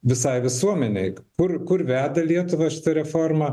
visai visuomenei kur kur veda lietuvą šita reforma